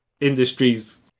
Industries